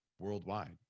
worldwide